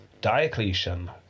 Diocletian